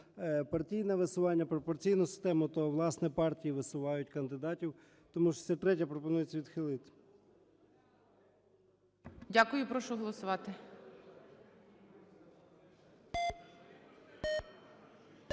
партійне висування, пропорційну систему, то, власне, партії висувають кандидатів. Тому 63-я, пропонується відхилити. ГОЛОВУЮЧИЙ. Дякую. Прошу голосувати.